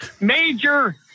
Major